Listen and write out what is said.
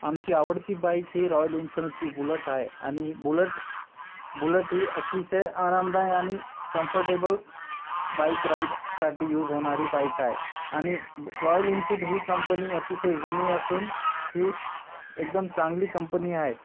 आमची आवडती बाईक ही रॉयल इन्फिल्डची बुलट आहे आणि बुलट बुलट ही अतिशय आरामदाय आणि कम्फर्टेबल बाईक राईडसाठी यूज होणारी बाईक आहे आणि रॉयल इन्फिल्ड ही कंपनी अतिशय जुनी असून ही एकदम चांगली कंपनी आहे